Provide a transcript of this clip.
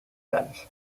guns